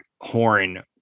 horn